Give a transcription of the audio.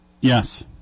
Yes